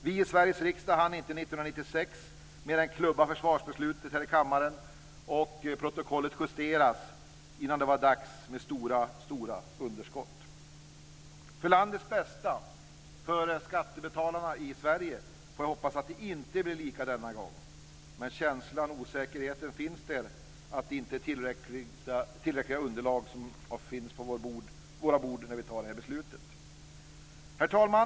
Vi i Sveriges riksdag hann inte 1996 mer än klubba försvarsbeslutet här i kammaren och protokollet justeras förrän det var dags med stora underskott. För landets bästa, för Sveriges skattebetalares skull får jag hoppas att det inte blir lika denna gång. Men känslan och osäkerheten finns där, att det inte är tillräckliga underlag som finns på våra bord när vi fattar detta beslut. Herr talman!